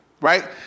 right